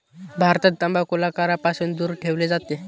भारतात तंबाखूला करापासून दूर ठेवले जाते